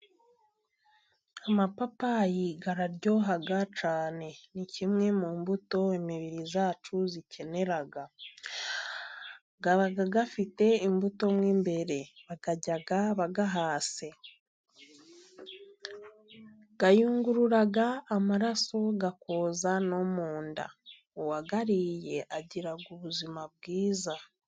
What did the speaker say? Amapapayi araryoha cyane, ni kimwe mu mbuto imibiri yacu ikenera. Aba afite imbuto mo imbere. Bayarya ahase. Ayungurura amaraso, akoza no mu nda. Uwayariye agira ubuzima bwiza.